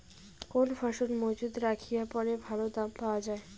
কোন ফসল মুজুত রাখিয়া পরে ভালো দাম পাওয়া যায়?